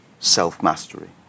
Self-mastery